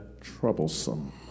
troublesome